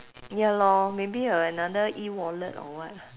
ya lor maybe uh another e-wallet or what